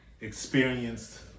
experienced